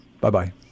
Bye-bye